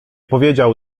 powiedział